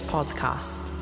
Podcast